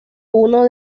uno